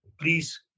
Please